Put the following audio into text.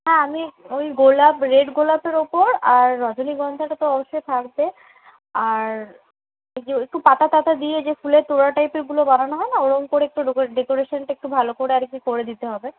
না আমি ওই গোলাপ রেড গোলাপটার ওপর আর রজনীগন্ধাটা তো অবশ্যই থাকবে আর ওই যে একটু পাতা টাতা দিয়ে যে ফুলের তোড়া টাইপেরগুলা বানানো হয় না ওই রকম করে একটু ডেকোরেশনটা একটু ভালো করে আর কি করে দিতে হবে